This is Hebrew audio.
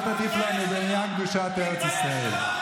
אל תטיף לנו בעניין קדושת ארץ ישראל.